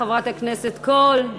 חברת הכנסת קול,